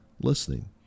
listening